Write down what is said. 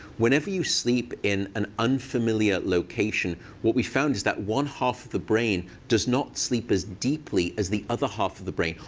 whenever you sleep in an unfamiliar location, what we found is that one half of the brain does not sleep as deeply as the other half of the brain,